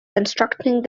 constructing